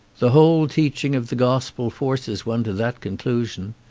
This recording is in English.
the whole teaching of the gospel forces one to that conclusion.